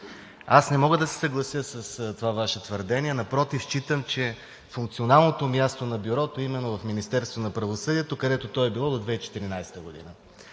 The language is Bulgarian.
Не мога да се съглася с това Ваше твърдение. Напротив, считам, че функционалното място на Бюрото е именно в Министерството на правосъдието, където то е било до 2014 г.